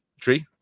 tree